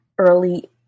Early